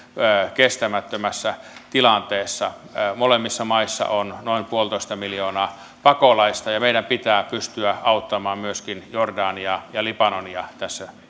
kestämättömässä tilanteessa molemmissa maissa on noin yksi pilkku viisi miljoonaa pakolaista ja meidän pitää pystyä auttamaan myöskin jordaniaa ja libanonia tässä